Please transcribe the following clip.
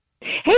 Hey